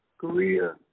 Korea